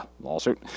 lawsuit